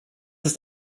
ist